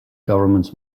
governments